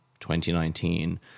2019